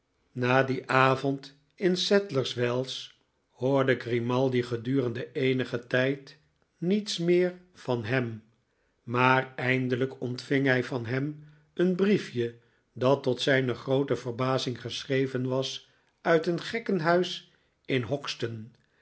na dien avond in sadlers wells hoorde grimaldi gedurende eenigen tijd niets meer van hem maar eindelijk ontving hij van hem een briefje dat tot zijne groote verbazing geschreven was uit een gekkenhuis in hoxton